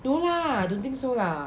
no lah don't think so lah